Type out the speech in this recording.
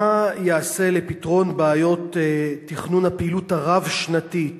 1. מה ייעשה לפתרון בעיות תכנון הפעילות הרב-שנתית